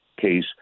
case